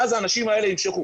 ואז האנשים האלה ימשכו.